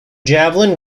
javelin